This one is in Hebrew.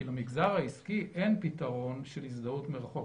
כי במגזר העסקי אין פתרון של הזדהות מרחוק.